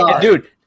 Dude